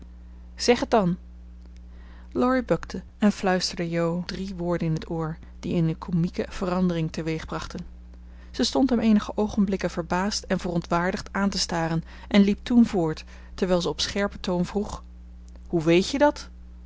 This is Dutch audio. zeg het dan laurie bukte en fluisterde jo drie woorden in het oor die eene komieke verandering teweegbrachten zij stond hem eenige oogenblikken verbaasd en verontwaardigd aan te staren en liep toen voort terwijl zij op scherpen toon vroeg hoe weet je dat